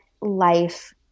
life